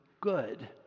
good